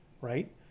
right